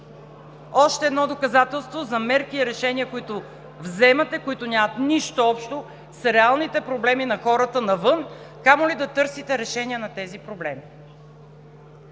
Още едно доказателство, за мерки и решения, които вземате, които нямат нищо общо с реалните проблеми на хората навън, камо ли да търсите решения на тези проблеми.